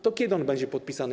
To kiedy on będzie podpisany?